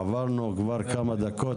עברנו כבר כמה דקות,